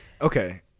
okay